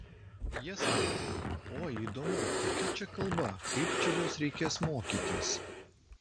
jie sako oi įdomu kokia čia kalba kaip čia jos reikės mokytis